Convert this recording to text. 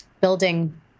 building